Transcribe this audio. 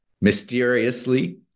mysteriously